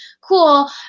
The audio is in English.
cool